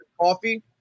coffee